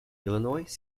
illinois